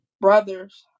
Brothers